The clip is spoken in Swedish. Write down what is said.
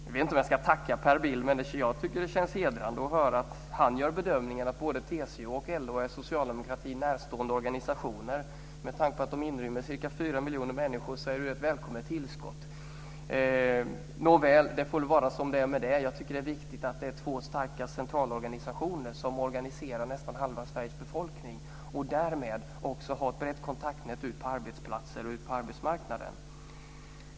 Jag vet inte om jag ska tacka Per Bill, men jag tycker att det känns hedrande att höra att han gör bedömningen att både TCO och LO är socialdemokratin närstående organisationer. Med tanke på att de inrymmer cirka fyra miljoner människor är det ett välkommet tillskott. Nåväl - det får vara som det är med det. Jag tycker att det är viktigt att det är två starka centralorganisationer, som organiserar nästan halva Sveriges befolkning, och därmed också har ett brett kontaktnät ut på arbetsplatser och ut på arbetsmarknaden.